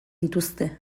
dituzte